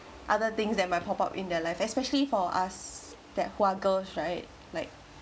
other things that might pop up in their life especially for us that who are girls right like